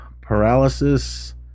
paralysis